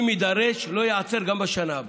אם יידרש, זה לא ייעצר גם בשנה הבאה.